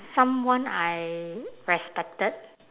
someone I respected